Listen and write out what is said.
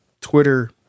Twitter